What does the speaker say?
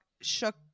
shook